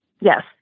Yes